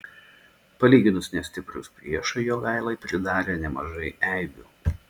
palyginus nestiprūs priešai jogailai pridarė nemažai eibių